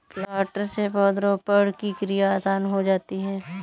planter से पौधरोपण की क्रिया आसान हो जाती है